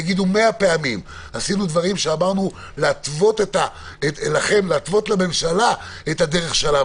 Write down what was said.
יגידו 100 פעמים עשינו דברים שאמרנו לכם להתוות לממשלה את הדרך שלה,